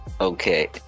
Okay